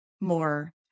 more